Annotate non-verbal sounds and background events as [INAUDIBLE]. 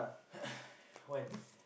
[COUGHS] when